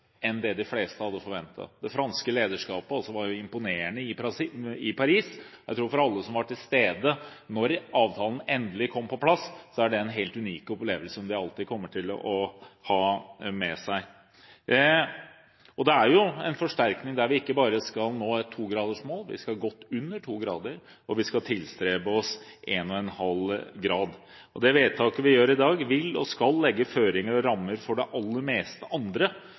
enn det de fleste hadde forventet. Det franske lederskapet var også imponerende i Paris. Jeg tror at for alle som var til stede da avtalen endelig kom på plass, var det en helt unik opplevelse som de alltid kommer til å ha med seg. Det er en forsterkning der vi ikke bare skal nå et 2-gradersmål. Vi skal godt under 2 grader, og vi skal tilstrebe 1,5 grader. Det vedtaket vi gjør i dag, vil og skal legge føringer og rammer for det aller meste av det andre